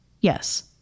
yes